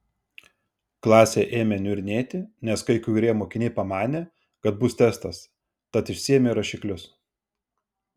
klasė ėmė niurnėti nes kai kurie mokiniai pamanė kad bus testas tad išsiėmė rašiklius